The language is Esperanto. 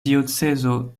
diocezo